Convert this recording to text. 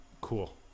cool